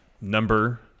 number